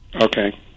Okay